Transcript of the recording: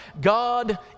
God